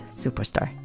superstar